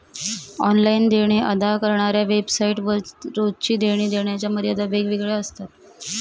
online देणे अदा करणाऱ्या वेबसाइट वर रोजची देणी देण्याच्या मर्यादा वेगवेगळ्या असतात